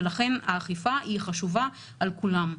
ולכן האכיפה היא חשובה על כולם.